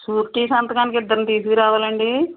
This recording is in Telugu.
షూరిటీ సంతకానికి ఇద్దరిని తీసుకురావాలా అండి